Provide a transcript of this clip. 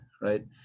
right